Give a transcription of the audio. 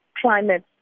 climate